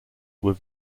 were